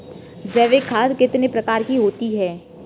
जैविक खाद कितने प्रकार की होती हैं?